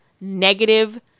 negative